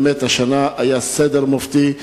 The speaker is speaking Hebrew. באמת, השנה היה סדר מופתי.